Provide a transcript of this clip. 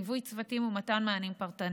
ליווי צוותים ומתן מענים פרטניים,